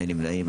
מי נמנעים?